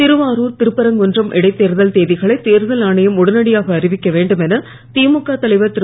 திருவாரூர் திருப்பரங்குன்றம் இடைத்தேர்தல் தேதிகளை தேர்தல் ஆணையம் உடனடியாக அறிவிக்க வேண்டும் என திமுக தலைவர் திரு